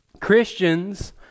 Christians